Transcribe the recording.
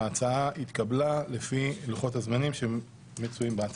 ההצעה התקבלה לפי לוחות הזמנים שמצויים בהצעה.